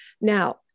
Now